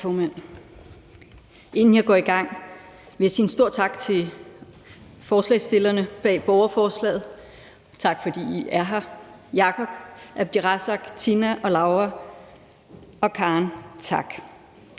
Inden jeg går i gang, vil jeg sige en stor tak til forslagsstillerne bag borgerforslaget – tak, fordi I er her, Jacob, Abdirazak, Tina, Laura og Karen. Som